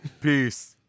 Peace